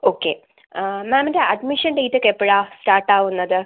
okay മാമിൻ്റെ admission date ഒക്കെ എപ്പോഴാണ് സ്റ്റാർട്ടാവുന്നത്